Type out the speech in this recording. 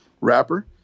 wrapper